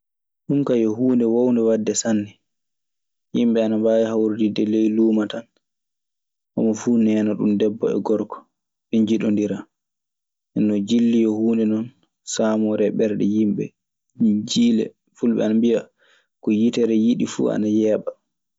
Ɗun kaa yo huunde woownde waɗde sanne. Yimɓe ana mbaawi hawariditde ley luumo tan, homo fuu neena ɗun, debbo e gorko. Ɓe njiɗondira. Nden non jilli yo huunde non saamoree e ɓerɗe yimɓe. Jiile. Fulɓe ana mbiya, ko yitere yiɗi fuu ana yeeɓa.